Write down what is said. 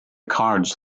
cards